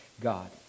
God